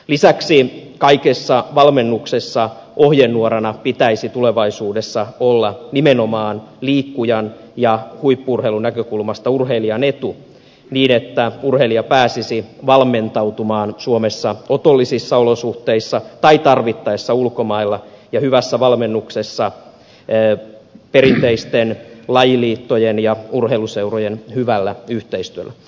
lisäksi kaikessa valmennuksessa ohjenuorana pitäisi tulevaisuudessa olla nimenomaan liikkujan ja huippu urheilun näkökulmasta urheilijan etu niin että urheilija pääsisi valmentautumaan suomessa otollisissa olosuhteissa tai tarvittaessa ulkomailla ja hyvässä valmennuksessa perinteisten lajiliittojen ja urheiluseurojen hyvällä yhteistyöllä